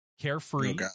Carefree